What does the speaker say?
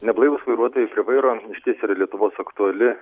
neblaivūs vairuotojai prie vairo išties yra lietuvos aktuali